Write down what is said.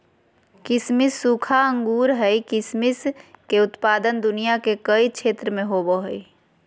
किसमिस सूखा अंगूर हइ किसमिस के उत्पादन दुनिया के कई क्षेत्र में होबैय हइ